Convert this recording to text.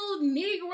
Negro